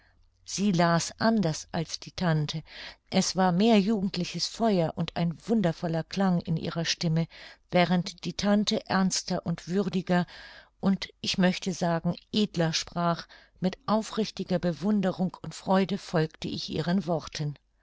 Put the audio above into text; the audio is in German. sie las anders als die tante es war mehr jugendliches feuer und ein wundervoller klang in ihrer stimme während die tante ernster und würdiger und ich möchte sagen edler sprach und mit aufrichtiger bewunderung und freude folgte ich ihren worten